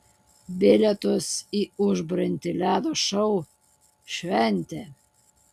bilietus į užburiantį ledo šou šventė